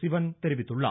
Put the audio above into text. சிவன் தெரிவித்துள்ளார்